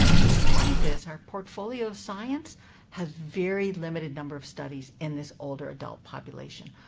despite this, our portfolio of science has very limited number of studies in this older adult population.